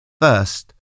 First